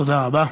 תודה רבה.